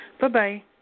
Bye-bye